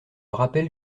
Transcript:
rappelle